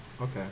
Okay